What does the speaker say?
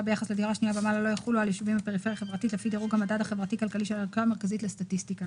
לכל הסעיפים הקטנים.